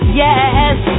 yes